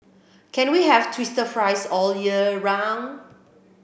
can we have twister fries all year round